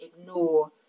ignore